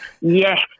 yes